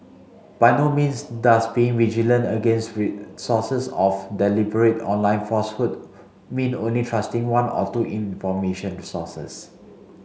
by no means does being vigilant against sources of deliberate online falsehood mean only trusting one or two information resources